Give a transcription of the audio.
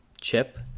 chip